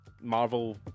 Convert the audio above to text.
marvel